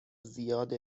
زیاد